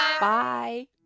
Bye